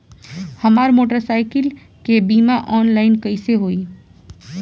हमार मोटर साईकीलके बीमा ऑनलाइन कैसे होई?